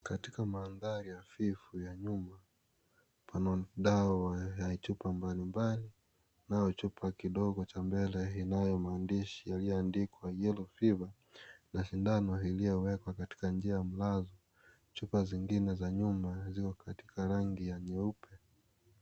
Katika mandhari hafifu ya nyuma pana dawa ya chupa mbali mbali nayo chupa kidogo cha mbele ina maandishi yaliyoandikwa Yellow Fever na sindano iliyowekwa katika njia ya mlazo, chupa zingine za nyuma ziko katika rangi ya nyeupe.